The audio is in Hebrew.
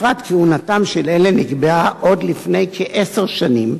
תקופת כהונתם של אלה נקבעה עוד לפני כעשר שנים,